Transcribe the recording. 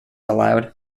allowed